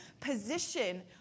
position